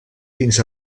fins